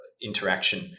interaction